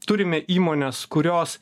turime įmones kurios